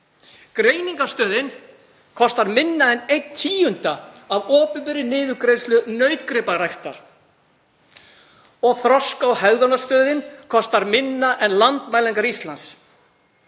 Greiningarstöðin kostar minna en einn tíunda af opinberri niðurgreiðslu til nautgriparæktar og Þroska- og hegðunarstöð kostar minna en Landmælingar Íslands.